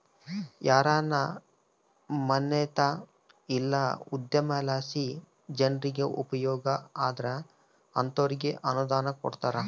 ಯಾರಾನ ಮನ್ಸೇತ ಇಲ್ಲ ಉದ್ಯಮಲಾಸಿ ಜನ್ರಿಗೆ ಉಪಯೋಗ ಆದ್ರ ಅಂತೋರ್ಗೆ ಅನುದಾನ ಕೊಡ್ತಾರ